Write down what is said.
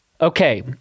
Okay